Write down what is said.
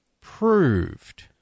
proved